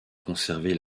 conservée